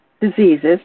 diseases